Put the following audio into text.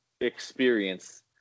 experience